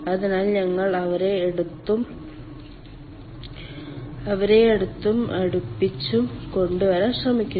അതിനാൽ ഞങ്ങൾ അവരെ അടുത്തും അടുപ്പിച്ചും കൊണ്ടുവരാൻ ശ്രമിക്കുന്നു